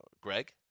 Greg